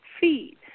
feed